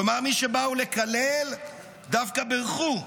כלומר, מי שבאו לקלל דווקא בירכו,